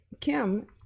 Kim